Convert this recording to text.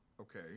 Okay